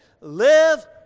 live